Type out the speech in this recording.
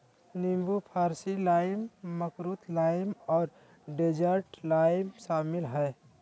नींबू Farsi lime, makrut lime और desert lime शामिल हइ